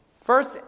First